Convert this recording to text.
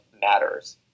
matters